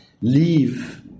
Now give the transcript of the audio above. leave